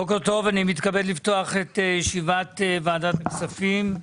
בוקר טוב, אני מתכבד לפתוח את ישיבת ועדת הכספים.